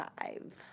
five